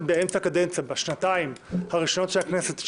באמצע קדנציה בשנתיים הראשונות של הכנסת,